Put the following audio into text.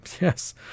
Yes